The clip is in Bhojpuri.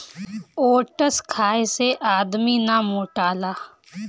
ओट्स खाए से आदमी ना मोटाला